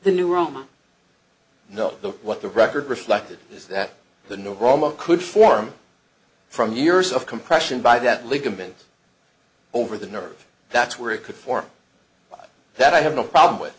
the new roman no the what the record reflected is that the neuroma could form from years of compression by that ligament over the nerve that's where it could form that i have no problem with